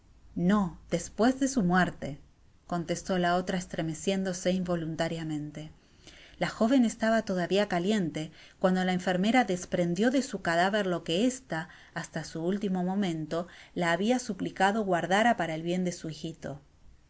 no despues de su muerte contestó la otra estremeciéndose involuntariamente la joven estaba toda via caliente cuando la enfermera desprendió desu cadáver lo que ésta hasta su último momento la habia suplicado guardara para el bien de su hijito